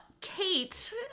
Kate